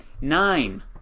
Nine